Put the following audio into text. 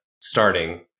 starting